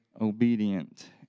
obedient